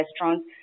restaurants